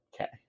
okay